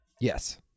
Yes